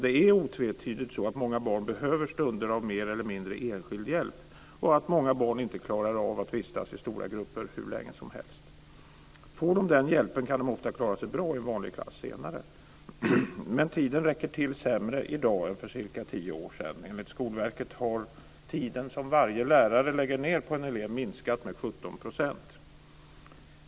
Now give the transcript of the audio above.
Det är otvetydigt så att många barn behöver stunder av mer eller mindre enskild hjälp, och att många barn inte klarar av att vistas i stora grupper hur länge som helst. Får de den hjälpen så kan de ofta klara sig bra i en vanlig klass senare. Men tiden räcker till sämre i dag än för cirka tio år sedan. Enligt Skolverket har tiden som varje lärare lägger ned på en elev minskat med 17 %.